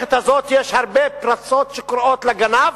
ובמערכת הזאת יש הרבה פרצות שקוראות לגנב.